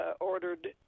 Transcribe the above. ordered